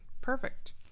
perfect